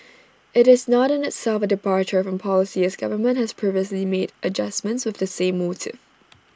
IT is not in itself A departure from policy as government has previously made adjustments of the same motive